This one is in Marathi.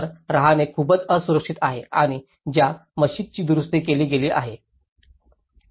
तर राहणे खूपच असुरक्षित आहे आणि ज्या मशीदची दुरुस्ती केली गेली आहे